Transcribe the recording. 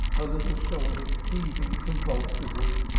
her little shoulders heaving convulsively,